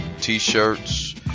t-shirts